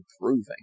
improving